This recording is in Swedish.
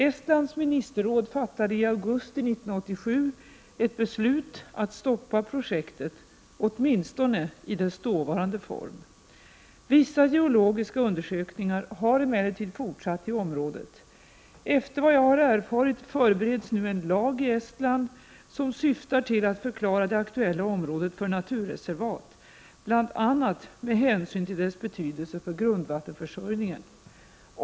Estlands ministerråd fattade i augusti 1987 ett beslut att stoppa projektet, åtminstone i dess dåvarande form. Vissa geologiska undersökningar har emellertid fortsatt i området. Efter vad jag erfarit förbereds nu en lag i Estland som syftar till att förklara det aktuella området för naturreservat, bl.a. med hänsyn till dess betydelse för grundvattenförsörjningen.